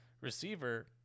receiver